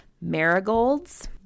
marigolds